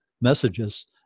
messages